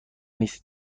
نیست